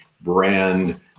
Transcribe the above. brand